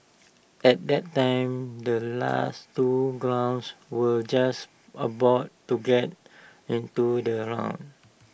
at that time the last two grounds were just about to get onto the round